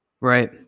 Right